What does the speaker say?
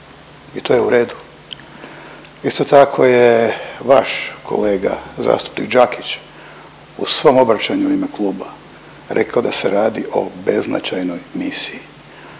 i to je u redu. Isto tako je vaš kolega zastupnik Đakić u svom obraćanju u ime kluba, rekao da se radi o beznačajnoj misiji,